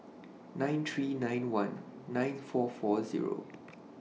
nine three nine one nine four four Zero